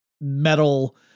metal